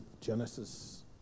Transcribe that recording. Genesis